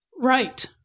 Right